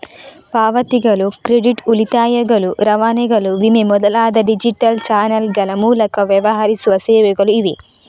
ಪಾವತಿಗಳು, ಕ್ರೆಡಿಟ್, ಉಳಿತಾಯಗಳು, ರವಾನೆಗಳು, ವಿಮೆ ಮೊದಲಾದ ಡಿಜಿಟಲ್ ಚಾನಲ್ಗಳ ಮೂಲಕ ವ್ಯವಹರಿಸುವ ಸೇವೆಗಳು ಇವೆ